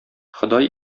ходай